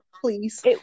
please